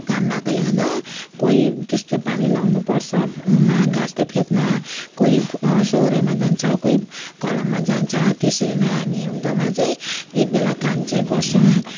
काम भएकोले गर्दा कोही त्यस्तो पानी लगाउनुपर्छ माहा गाछको फेदमा कोही सोहोर्याइमा जान्छ कोही कलममा जान्छ त्यसरी नै हामी हिउँदमा चाहिँ एक बेला काम चाहिँ गर्छौँ